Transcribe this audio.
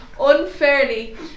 unfairly